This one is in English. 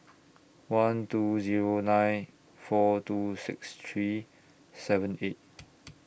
one two Zero nine four two six three seven eight